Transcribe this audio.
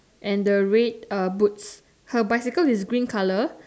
and the red uh boots her bicycle is green colour